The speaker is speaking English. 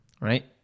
right